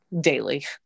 daily